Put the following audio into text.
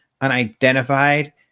Unidentified